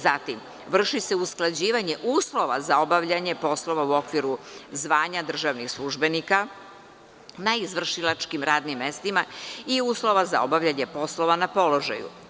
Zatim, vrši se usklađivanje uslova za obavljanje poslova u okviru zvanja državnih službenika na izvršilačkim radnim mestima i uslova za obavljanje poslova na položaju.